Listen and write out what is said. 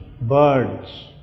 birds